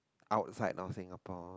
outside of Singapore